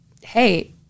hey